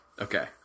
Okay